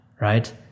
right